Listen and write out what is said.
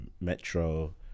Metro